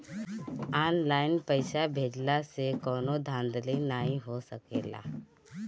online पइसा भेजला से कवनो धांधली नाइ हो सकेला